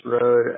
road